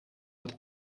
het